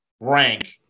rank